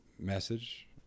message